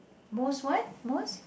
most what most